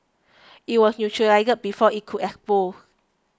it was neutralised before it could explode